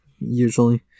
usually